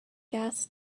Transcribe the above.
gas